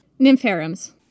Nympharums